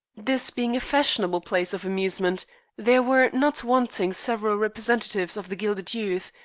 this being a fashionable place of amusement there were not wanting several representatives of the gilded youth,